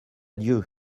dieu